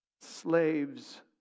slaves